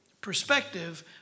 perspective